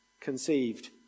conceived